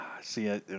See